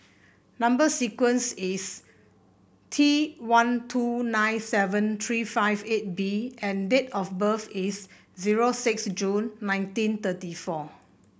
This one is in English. number sequence is T one two nine seven three five eight B and date of birth is zero six June nineteen thirty four